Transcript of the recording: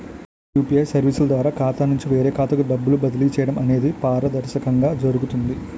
UPA సర్వీసుల ద్వారా ఖాతా నుంచి వేరే ఖాతాకు డబ్బులు బదిలీ చేయడం అనేది పారదర్శకంగా జరుగుతుంది